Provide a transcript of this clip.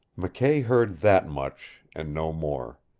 mckay heard that much and no more.